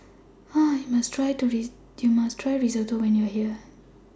YOU must Try Risotto when YOU Are here